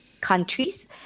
countries